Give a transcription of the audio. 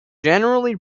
generally